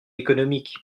économique